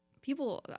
people